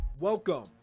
Welcome